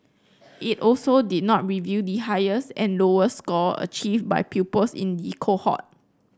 it also did not reveal the highest and lowest score achieved by pupils in the cohort